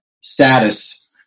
status